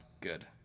good